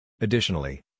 Additionally